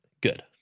good